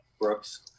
Brooks